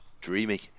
dreamy